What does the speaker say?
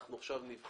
אנחנו עכשיו נבחן.